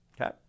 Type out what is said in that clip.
okay